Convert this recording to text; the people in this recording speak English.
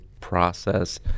process